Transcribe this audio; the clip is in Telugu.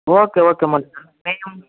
ఓకే ఓకే మురళీ గారు మేము